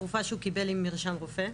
תרופה שהוא קיבל עם מרשם רופא,